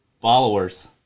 followers